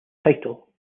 title